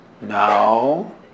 now